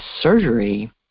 surgery